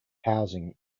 housing